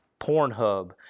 Pornhub